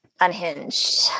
unhinged